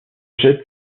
jette